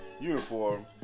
Uniform